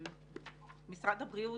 משרד הבריאות,